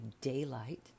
daylight